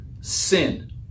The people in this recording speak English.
sin